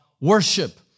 worship